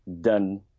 done